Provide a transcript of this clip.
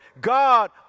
God